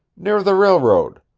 near the railroad.